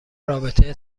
رابطه